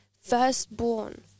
firstborn